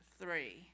three